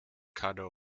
caddo